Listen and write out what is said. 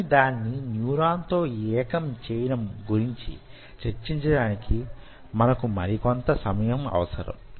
కాని దాన్ని న్యూరాన్ తో యేకం చేయడం గురించి చర్చించడానికి మనకు మరి కొంత సమయం అవసరం